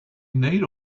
need